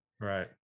Right